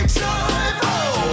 joyful